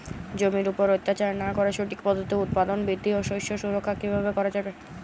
জমির উপর অত্যাচার না করে সঠিক পদ্ধতিতে উৎপাদন বৃদ্ধি ও শস্য সুরক্ষা কীভাবে করা যাবে?